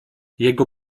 jego